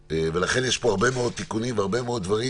ולכן יש פה הרבה מאוד תיקונים והרבה מאוד דברים,